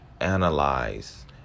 analyze